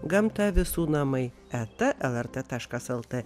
gamta visų namai eta lrt taškas lt